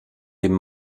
dem